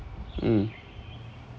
mm